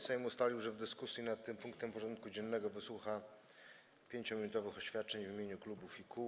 Sejm ustalił, że w dyskusji nad tym punktem porządku dziennego wysłucha 5-minutowych oświadczeń w imieniu klubów i kół.